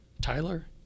Tyler